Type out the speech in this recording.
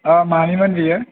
औ मानिमोन बेयो